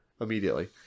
immediately